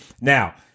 now